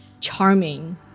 charming